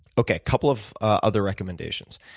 okay, a couple of other recommendations.